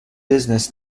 business